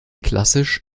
klassisch